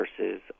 versus